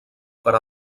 per